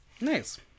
Nice